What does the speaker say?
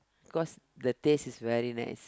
cause the taste is very nice